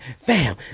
fam